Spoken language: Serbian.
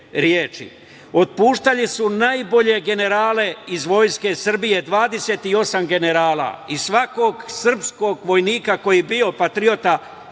Otpuštali su najbolje generale iz Vojske Srbije, 28 generala i svakog srpskog vojnika koji je bio patriota,